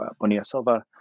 Bonilla-Silva